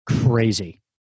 crazy